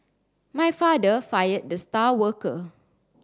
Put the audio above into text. my father fired the star worker